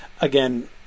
again